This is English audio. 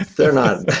they're not,